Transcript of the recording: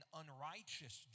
unrighteous